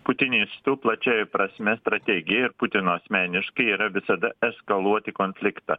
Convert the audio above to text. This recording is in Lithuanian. putinistų plačiąja prasme strategija ir putino asmeniškai yra visada eskaluoti konfliktą